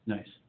Nice